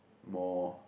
more